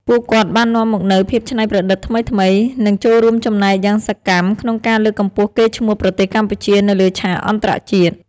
ពួកគាត់បាននាំមកនូវភាពច្នៃប្រឌិតថ្មីៗ និងចូលរួមចំណែកយ៉ាងសកម្មក្នុងការលើកកម្ពស់កេរ្តិ៍ឈ្មោះប្រទេសកម្ពុជានៅលើឆាកអន្តរជាតិ។